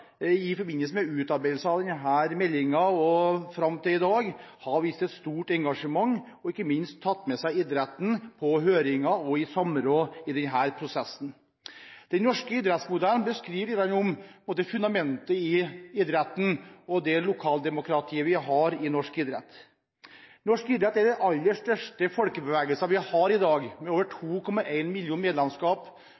i forbindelse med utarbeidelsen av denne meldingen fram til i dag har vist et stort engasjement og ikke minst tatt med seg idretten – på høringer og i samråd – i denne prosessen. Den norske idrettsmodellen beskriver både fundamentet i idretten og det lokaldemokratiet vi har i norsk idrett. Norsk idrett er den aller største folkebevegelsen vi har i dag, med over